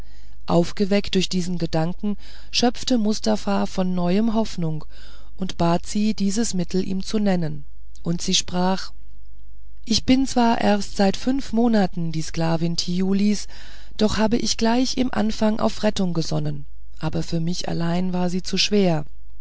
aufgeweckt durch diesen gedanken schöpfte mustafa von neuem hoffnung und bat sie dieses mittel ihm zu nennen und sie sprach ich bin zwar erst seit fünf monaten die sklavin thiulis doch habe ich gleich vom anfang auf rettung gesonnen aber für mich allein war sie zu schwer